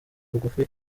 bugufi